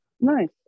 Nice